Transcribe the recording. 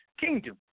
kingdom